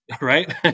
right